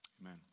Amen